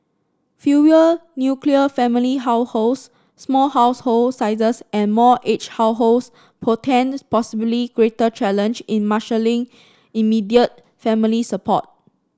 fewer nuclear family households small household sizes and more aged households portend possibly greater challenge in marshalling immediate family support